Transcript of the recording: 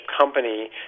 company